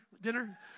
dinner